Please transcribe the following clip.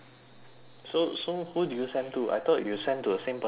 so so who did you send to I thought you send to the same person all the way